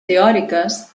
teòriques